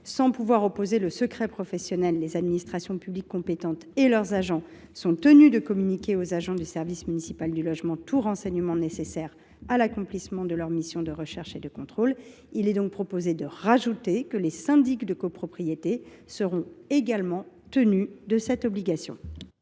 [s]ans pouvoir opposer le secret professionnel, les administrations publiques compétentes et leurs agents sont tenus de communiquer aux agents du service municipal du logement tous renseignements nécessaires à l’accomplissement de leur mission de recherche et de contrôle ». Nous proposons d’ajouter que les syndics de copropriété sont également soumis à cette obligation.